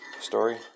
story